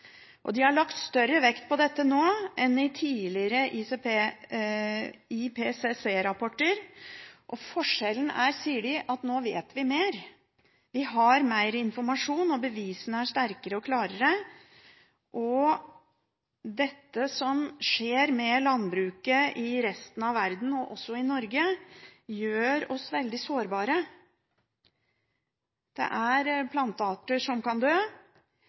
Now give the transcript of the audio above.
De har lagt større vekt på dette nå enn i tidligere IPCC-rapporter, og forskjellen er, sier de, at nå vet vi mer – vi har mer informasjon, og bevisene er sterkere og klarere. Og det som skjer med landbruket i resten av verden og i Norge, gjør oss veldig sårbare. Det er plantearter som kan dø,